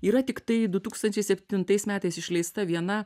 yra tiktai du tūkstančiai septintais metais išleista viena